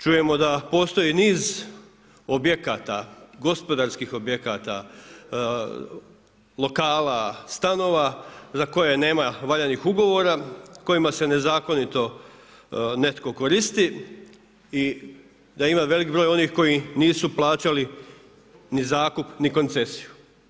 Čujemo da postoji niz objekata, gospodarskih objekata, lokala, stanova za koje nema valjanih ugovora, kojima se nezakonito netko koristi i da ima velikih broj onih koji nisu plaćali ni zakup ni koncesiju.